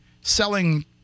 selling